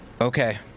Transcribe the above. okay